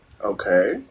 Okay